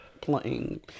playing